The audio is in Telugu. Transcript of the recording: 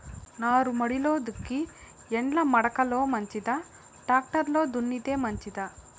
నారుమడిలో దుక్కి ఎడ్ల మడక లో మంచిదా, టాక్టర్ లో దున్నితే మంచిదా?